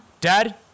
dad